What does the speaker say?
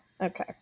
okay